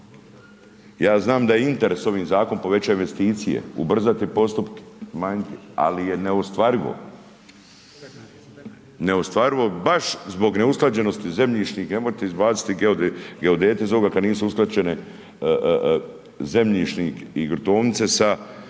Ja znam da je interes ovim zakonom povećati investicije, ubrzati postupke, manjke, ali je neostvarivo. Neostvarivo baš zbog neusklađenosti zemljišnih …/Govornik se ne razumije./… izbaciti iz geodete iz ovoga kada nisu usklađene zemljišne i gruntovnice sa